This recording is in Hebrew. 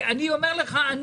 אני אומר לך,